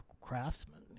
craftsman